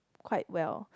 quite well